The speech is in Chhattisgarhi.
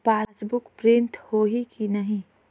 पासबुक प्रिंट होही कि नहीं?